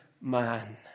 man